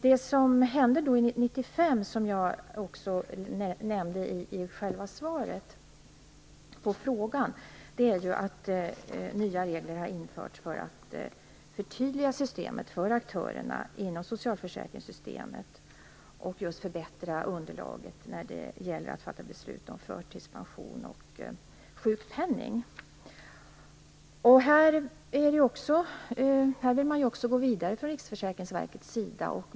Det som hände 1995, och som jag nämnde i interpellationssvaret, var att nya regler infördes för att förtydliga systemet för aktörerna inom socialförsäkringssystemet och för att förbättra underlaget när det gäller att fatta beslut om förtidspension och sjukpenning. I fråga om detta vill Riksförsäkringsverket gå vidare.